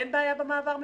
אין בעיה במעבר מבחינתכם?